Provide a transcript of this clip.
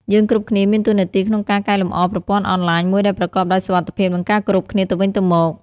យើងគ្រប់គ្នាមានតួនាទីក្នុងការកែលំអរប្រព័ន្ធអនឡាញមួយដែលប្រកបដោយសុវត្ថិភាព និងការគោរពគ្នាទៅវិញទៅមក។